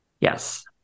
yes